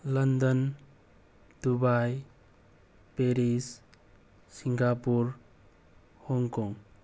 London Dubai Paris Singapore Hong Kong